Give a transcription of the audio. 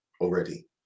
already